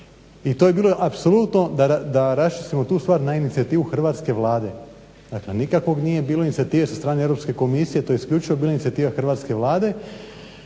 I to je bilo apsolutno, da raščistimo tu stvar, na inicijativu hrvatske Vlade. Dakle nikakve nije bilo inicijative Europske komisije, to je isključivo bila inicijativa hrvatske Vlade.